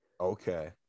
Okay